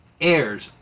airs